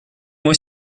moi